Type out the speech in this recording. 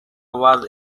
was